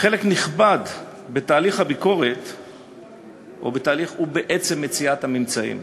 חלק נכבד בתהליך הביקורת הוא בעצם מציאת הממצאים,